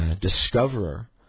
discoverer